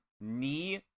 knee